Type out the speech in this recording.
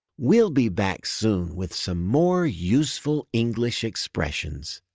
we'll be back soon with some more useful english expressions.